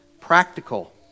practical